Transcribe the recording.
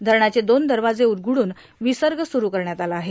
धरणाचे दोन दरवाजे उषडून विसर्ग सुस करण्यात आला आहे